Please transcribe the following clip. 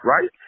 right